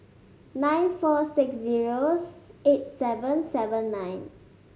nine four six zero eight seven seven nine